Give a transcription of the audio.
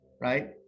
right